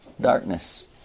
Darkness